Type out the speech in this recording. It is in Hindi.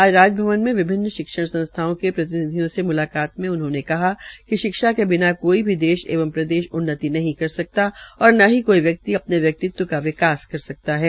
आज राजभवन मे विभिन्न शिक्षण संस्थाओं के प्रतिनिधियों से मुलाकात में उन्होंने कहा कि शिक्षा के बिना कोई भी देश एव प्रदेश उन्नति नहीं सकता और न ही कोई व्यक्ति का विकास कर सकता है